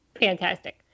fantastic